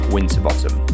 Winterbottom